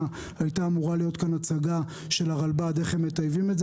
היתה אמורה להיות פה הצגה של הרלב"ד איך הם מטייבים את זה.